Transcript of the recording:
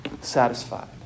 satisfied